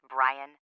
Brian